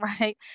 right